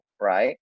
right